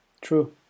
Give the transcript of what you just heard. True